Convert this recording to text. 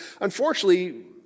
unfortunately